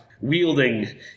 wielding